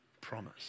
promise